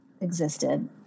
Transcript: existed